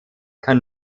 kann